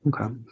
okay